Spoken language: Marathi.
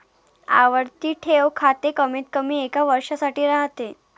आवर्ती ठेव खाते कमीतकमी एका वर्षासाठी राहते